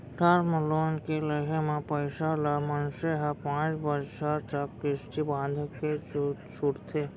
term loan के लेहे म पइसा ल मनसे ह पांच बछर तक किस्ती बंधाके छूटथे